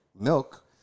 milk